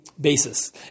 basis